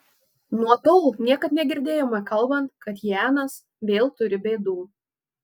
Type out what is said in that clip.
nuo tol niekad negirdėjome kalbant kad janas vėl turi bėdų